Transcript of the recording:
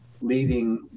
leading